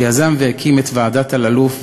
שיזם והקים את ועדת אלאלוף,